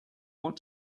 want